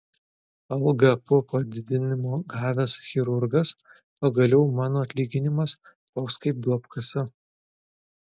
algą po padidinimo gavęs chirurgas pagaliau mano atlyginimas toks kaip duobkasio